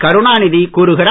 கருணாநிதி கூறுகிறார்